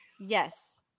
yes